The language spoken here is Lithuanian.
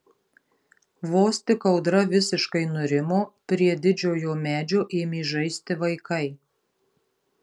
vos tik audra visiškai nurimo prie didžiojo medžio ėmė žaisti vaikai